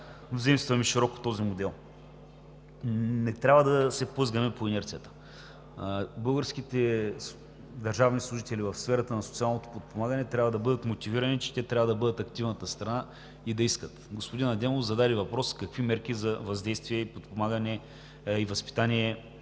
заимстваме широко този модел. Не трябва да се плъзгаме по инерцията. Българските държавни служители в сферата на социалното подпомагане трябва да бъдат мотивирани, че са активната страна, и да искат. Господин Адемов зададе въпрос: какви мерки за въздействие, подпомагане и възпитание